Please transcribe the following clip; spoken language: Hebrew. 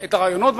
את הרעיונות,